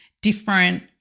different